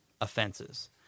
offenses